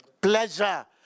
Pleasure